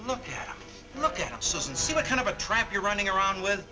look at look at us and see what kind of a trap you're running around with